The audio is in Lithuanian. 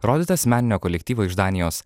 rodytas meninio kolektyvo iš danijos